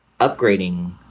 upgrading